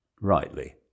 rightly